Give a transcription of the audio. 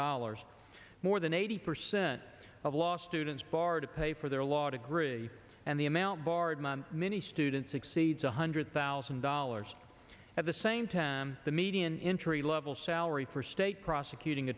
dollars more than eighty percent of law students borrow to pay for their law degree and the amount borrowed money many students exceeds one hundred thousand dollars at the same time the median injury level salary for state prosecuting